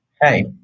Hey